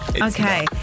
Okay